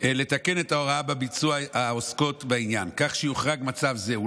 לתקן את הוראת הביצוע שעוסקת בעניין כך שיוחרג מצב זה.